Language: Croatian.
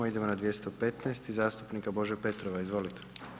Idemo na 215., zastupnika Bože Petrova, izvolite.